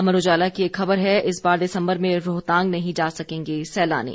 अमर उजाला की एक खबर है इस बार दिसम्बर में रोहतांग नहीं जा सकेंगे सैलानी